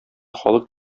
халык